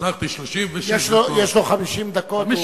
יש לו 50 דקות.